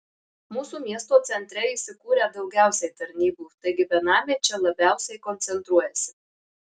mūsų miesto centre įsikūrę daugiausiai tarnybų taigi benamiai čia labiausiai koncentruojasi